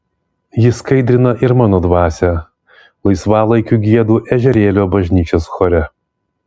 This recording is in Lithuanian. ji skaidrina ir mano dvasią laisvalaikiu giedu ežerėlio bažnyčios chore